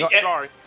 Sorry